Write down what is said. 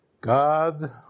God